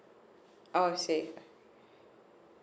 oh I see